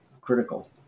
critical